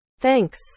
thanks